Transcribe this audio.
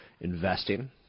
investing